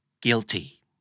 Guilty